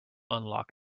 unlock